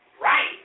right